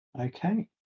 Okay